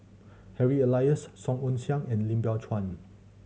Harry Elias Song Ong Siang and Lim Biow Chuan